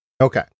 Okay